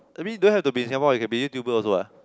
I mean don't have to be in Singapore you can be YouTuber also what